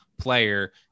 player